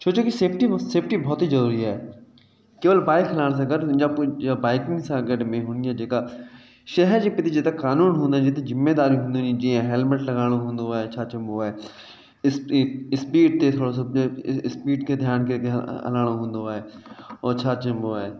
छो जो कि सेफ़्टी सेफ़्टी बहुत ई ज़रूरी आहे केवल बाइक हलाइण सां गॾु हिनजा पोइ जा बाइकिंग सां गॾ में हूंदी आहे जे का शहर जे प्रति जेतिरा कानून हूंदा आहिनि जेतिरी ज़िमेदारियूं हूंदियूं आहिनि जीअं हेलमेट लॻाइणो हूंदो आहे छा चइबो आहे स्पी स्पीड ते थोरो सो स्पीड खे ध्यान खे हलाइणो हूंदो आहे और छा चइबो आहे